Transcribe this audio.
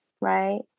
right